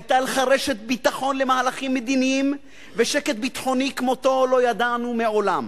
היתה לך רשת ביטחון למהלכים מדיניים ושקט ביטחוני כמותו לא ידענו מעולם.